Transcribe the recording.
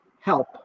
help